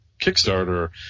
Kickstarter